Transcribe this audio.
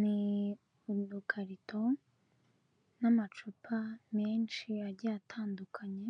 Ni udukarito n'amacupa menshi agiye atandukanye